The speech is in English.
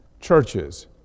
churches